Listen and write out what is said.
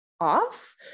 off